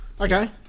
Okay